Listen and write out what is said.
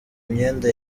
imyenda